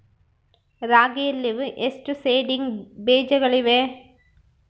ರಾಗಿಯಲ್ಲಿ ಎಷ್ಟು ಸೇಡಿಂಗ್ ಬೇಜಗಳಿವೆ?